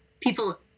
people